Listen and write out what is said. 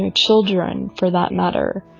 and children, for that matter.